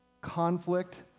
conflict